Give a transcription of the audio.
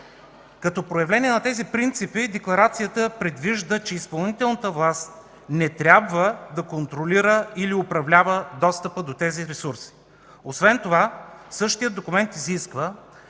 Като проявление на тези принципи Декларацията предвижда, че изпълнителната власт не трябва да контролира или управлява достъпа до тези ресурси. Освен това същият документ изисква